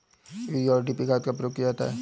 urea और DAP खाद का प्रयोग किया जाता है